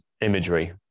imagery